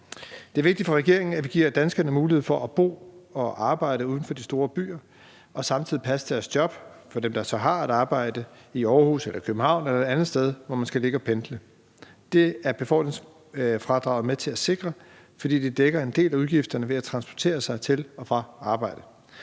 Det er vigtigt for regeringen, at vi giver danskerne mulighed for at bo og arbejde uden for de store byer – og hvad angår dem, der har et arbejde i Aarhus eller i København eller et andet sted, hvor man skal ligge og pendle, mulighed for at passe deres job. Det er befordringsfradraget med til at sikre, for det dækker en del af udgifterne ved at transportere sig til og fra arbejde.